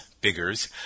Biggers